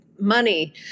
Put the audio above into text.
Money